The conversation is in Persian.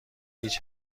هیچ